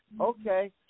Okay